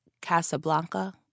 Casablanca